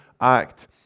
act